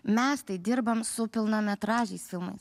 mes tai dirbam su pilnametražiais filmais